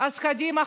אז קדימה,